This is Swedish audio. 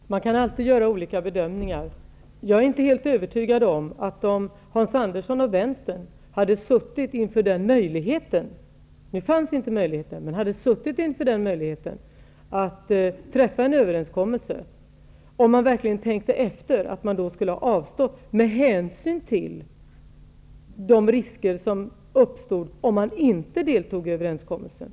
Herr talman! Man kan alltid göra olika bedömningar. Jag är inte helt övertygad om att Hans Andersson och vänstern i övrigt om man hade suttit inför möjligheten -- nu fanns den inte -- att träffa en överenskommelse och om man verkligen hade tänkt efter, skulle ha avstått från en sådan. Jag säger detta med hänsyn till de risker som hade uppkommit om en överenskommelse inte hade kommit till stånd.